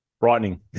Brightening